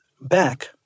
back